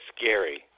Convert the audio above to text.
scary